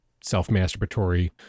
self-masturbatory